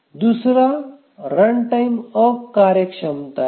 दुसरा रनटाइम अकार्यक्षमता आहे